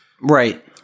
Right